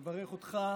אני מברך אותך